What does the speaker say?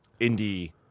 indie